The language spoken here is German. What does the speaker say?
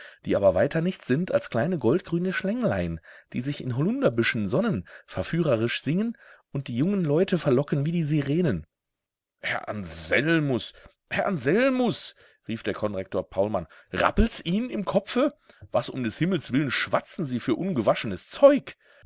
die aber weiter nichts sind als kleine goldgrüne schlänglein die sich in holunderbüschen sonnen verführerisch singen und die jungen leute verlocken wie die sirenen herr anselmus herr anselmus rief der konrektor paulmann rappelt's ihnen im kopfe was um des himmels willen schwatzen sie für ungewaschenes zeug